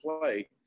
play